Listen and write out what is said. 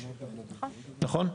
נכון?